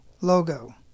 logo